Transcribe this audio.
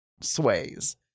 sways